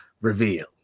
reveal